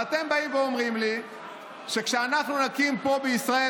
ואתם באים ואומרים לי שכשאנחנו נקים פה בישראל